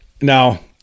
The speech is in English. now